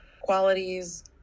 qualities